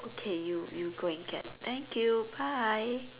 okay you you go and get thank you bye